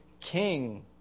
king